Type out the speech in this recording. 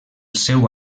seu